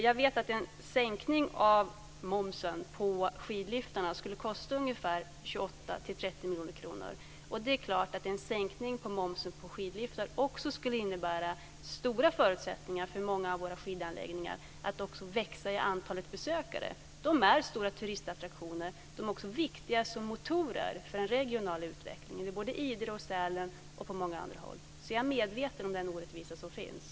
Jag vet att en sänkning av momsen på skidliftarna skulle kosta 28-30 miljoner kronor, och det är klart att en sänkning av momsen på skidliftar också skulle innebära stora förutsättningar för många av våra skidanläggningar att få ett ökat antal besökare. De är stora turistattraktioner. De är också viktiga som motorer för en regional utveckling i både Idre och Sälen och på många andra håll. Så jag är medveten om den orättvisa som finns.